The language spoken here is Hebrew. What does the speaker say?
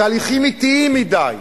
התהליכים אטיים מדי,